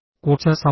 കുറച്ച് സമ്മർദ്ദം